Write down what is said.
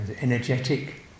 energetic